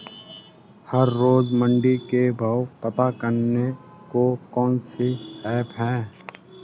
हर रोज़ मंडी के भाव पता करने को कौन सी ऐप है?